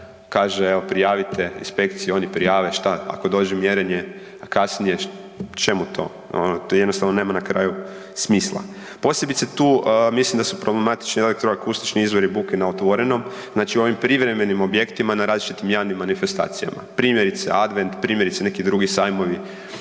kaže prijavite inspekciji, oni prijave, a šta ako dođu mjerenje, a kasnije čemu to, to jednostavno na kraju nema smisla. Posebice tu mislim da su problematični elektroakustični izvori buke na otvorenom, znači u privremenim objektima na različitim javnim manifestacijama, primjerice advent, primjerice neki drugi sajmovi